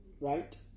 right